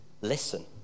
Listen